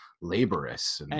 laborious